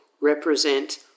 represent